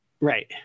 Right